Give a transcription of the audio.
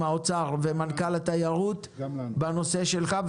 אנשי משרד האוצר ועם מנכ"ל משרד התיירות בנושא שלך,